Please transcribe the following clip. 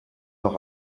noch